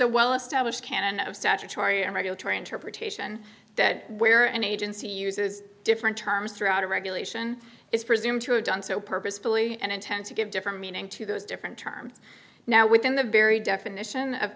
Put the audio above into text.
a well established canon of statutory and regulatory interpretation that where an agency uses different terms throughout a regulation is presumed to have done so purposefully and intense give different meaning to those different terms now within the very